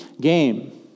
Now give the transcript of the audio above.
game